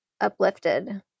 uplifted